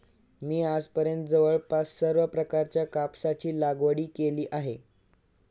मी आजपर्यंत जवळपास सर्व प्रकारच्या कापसाची लागवड केली आहे